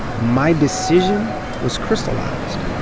my decision was crystallized.